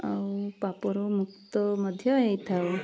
ଆଉ ପାପର ମୁକ୍ତ ମଧ୍ୟ ହେଇଥାଉ